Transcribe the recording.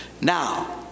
Now